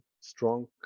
strong